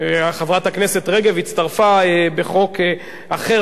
חברת הכנסת רגב הצטרפה בחוק אחר,